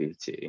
PT